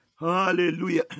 Hallelujah